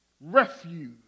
refuge